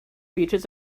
beaches